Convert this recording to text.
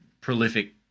prolific